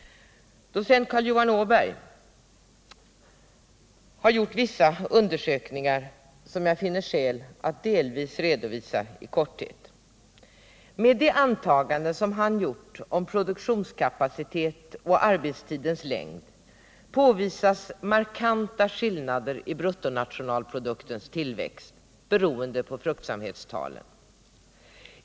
Docent Carl Johan Åberg har gjort vissa undersökningar som jag finner skäl att delvis redogöra för i korthet. Med de antaganden som han gjort om produktionskapacitet och arbetstidens längd påvisas markanta skillnader i bruttonationalproduktens tillväxt beroende på fruktsamhetstalen.